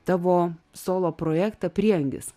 tavo solo projektą prieangis